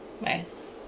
Nice